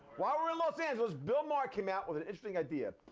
while we're in los angeles, bill maher came out with an interesting idea.